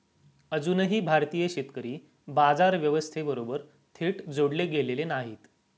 अजूनही भारतीय शेतकरी बाजार व्यवस्थेबरोबर थेट जोडले गेलेले नाहीत